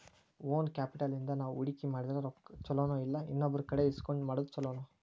Own capital ಇಂದಾ ನಾವು ಹೂಡ್ಕಿ ಮಾಡಿದ್ರ ಛಲೊನೊಇಲ್ಲಾ ಇನ್ನೊಬ್ರಕಡೆ ಇಸ್ಕೊಂಡ್ ಮಾಡೊದ್ ಛೊಲೊನೊ?